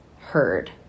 Heard